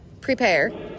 prepare